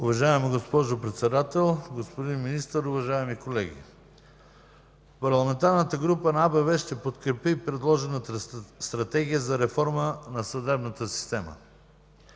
Уважаема госпожо Председател, господин Министър, уважаеми колеги! Парламентарната група на АБВ ще подкрепи предложената Стратегия за реформа на съдебната система.